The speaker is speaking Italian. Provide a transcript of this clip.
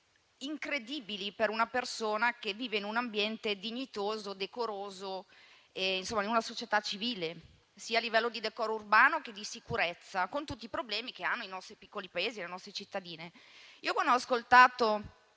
incredibili per una persona che vive in un ambiente dignitoso e decoroso, insomma in una società civile, sia a livello di decoro urbano sia di sicurezza, con tutti i problemi che hanno i nostri piccoli paesi e le nostre cittadine. Io ho ascoltato